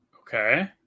Okay